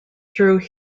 through